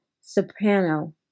soprano